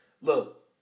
look